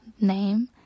name